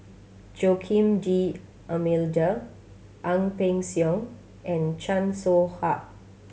Joaquim D'Almeida Ang Peng Siong and Chan Soh Ha